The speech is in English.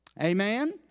Amen